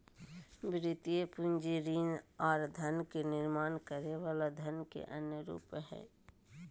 वित्तीय पूंजी ऋण आर धन के निर्माण करे वला धन के अन्य रूप हय